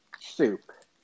Soup